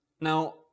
Now